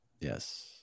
yes